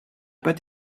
pas